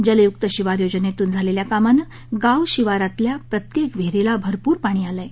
जलयुक शिवार योजनेतून झालेल्या कामानं गाव शिवारातील प्रत्येक विहिरीला भरपूर पाणी आलं आहे